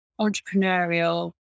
entrepreneurial